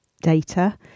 data